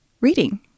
reading